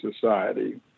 Society